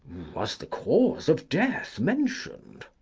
was the cause of death mentioned?